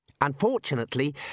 Unfortunately